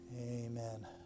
Amen